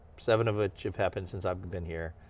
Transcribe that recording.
seven of which have happened since i've been been here.